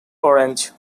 orange